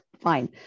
fine